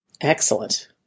excellent